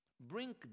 Bring